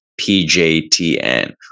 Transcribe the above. PJTN